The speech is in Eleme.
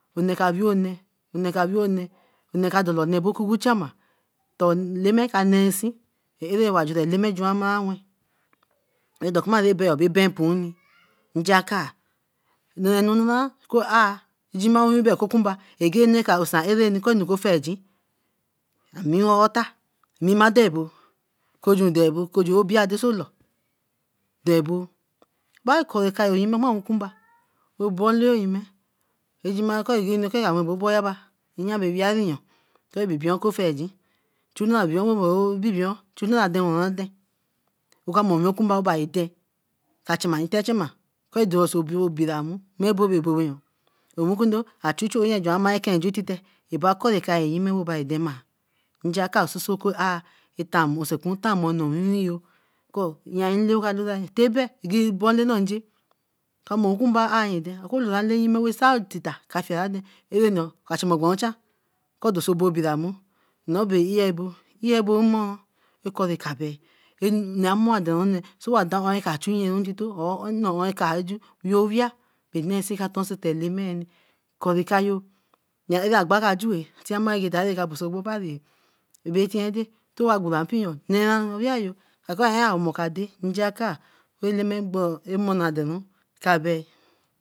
Onee ka wee onne onee ka wee onee onee ka dala onee kuku chama. ton Eleme ka nee nsin erere Eleme juan mara wen edokuma bae ben abe benpooni njaki. Norenu nana ki ah jima ra bae kokunba anu ra ka usan arani kor a kun ofeingin amerin ota, mmina do abo, okojun do abo, obi adesolo do abo, bae ke kai owekunba, obonle yime ejima ko enu aboboyeba nya bae weerie nyon kori baby oko-fiegin, chu nara aden waranden oka mor owekunba bae de tachi ma tachima kori o deri so bae obiramu mai bo bae bo yoo. Owekundo, a chu a oou ye teye obari dema njaka soso are etamor nee owiwinyo kor teh bey je ka mor kanba aye den kor olale yime kai tita ka pie aden arenu chama boron chan ko dorsobobiramu noor ba eabor eabor nmoru ekabe ka mor dor eka chu yen ntito or nne onne ka ju wee awia bae nee nsi ka ton sey Eleme kori kayo agba kajueh tiama obari eh atiende towa gbo impee yo neera awai yo, amoka dey njiakai, Eleme do emona doru